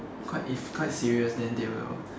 quite if quite serious then they will